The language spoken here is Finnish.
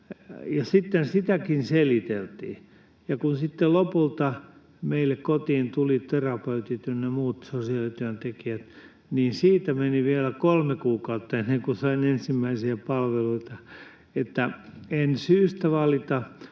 sitäkin seliteltiin, ja kun sitten lopulta meille kotiin tulivat terapeutit ynnä muut sosiaalityöntekijät, niin siitä meni vielä kolme kuukautta, ennen kuin sain ensimmäisiä palvelui-ta. En syystä valita,